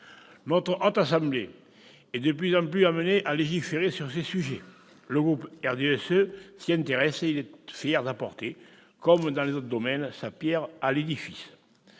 Notre Haute Assemblée est de plus en plus amenée à légiférer sur ces sujets. Le groupe du RDSE s'y intéresse et il est fier d'apporter, comme dans les autres domaines, sa pierre à l'édifice.